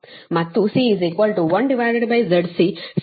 ಮತ್ತುC 1ZCsinh γl